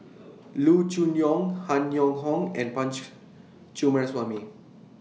Loo Choon Yong Han Yong Hong and Punch Coomaraswamy